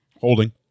Holding